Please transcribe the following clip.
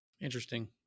Interesting